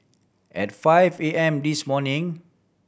at five A M this morning